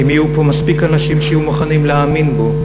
אם יהיו פה מספיק אנשים שיהיו מוכנים להאמין בו,